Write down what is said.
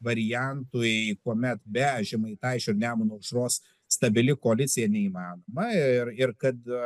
variantui kuomet be žemaitaičio ir nemuno aušros stabili koalicija neįmanoma ir ir kad